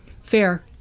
fair